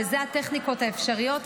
ואלה הטכניקות האפשריות.